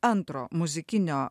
antro muzikinio